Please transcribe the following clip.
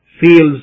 feels